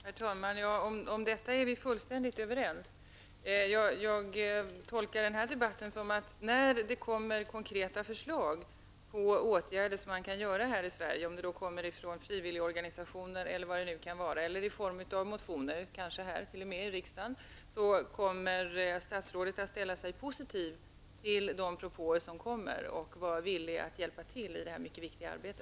Herr talman! Om detta är vi fullständigt överens. Jag tolkar denna debatt som att när det kommer konkreta förslag till åtgärder som kan vidtas här i Sverige -- vare sig de kommer från frivilligorganisationer eller från annat håll eller i form av motioner, kanske t.o.m. i riksdagen -- så kommer statsrådet att ställa sig positiv till dem och vara villig att hjälpa till i detta mycket viktiga arbete.